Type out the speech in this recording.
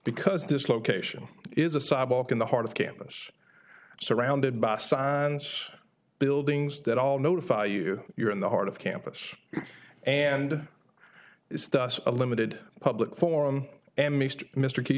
because dislocation is a sidewalk in the heart of campus surrounded by science buildings that all notify you you're in the heart of campus and is thus a limited public forum